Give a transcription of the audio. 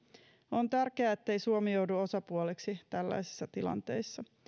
on tärkeää ettei suomi joudu osapuoleksi tällaisissa tilanteissa